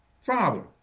Father